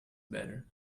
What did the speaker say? better